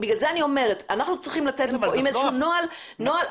לכן אני אומרת שאנחנו צריכים לצאת מכאן עם איזשהו נוהל אחיד.